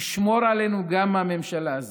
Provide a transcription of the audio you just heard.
ישמור עלינו גם מהממשלה הזאת,